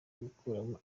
gukuramo